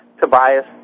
Tobias